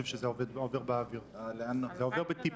הסבר קצר של --- אבי, אבל מה הבעיה שתדבר?